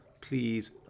please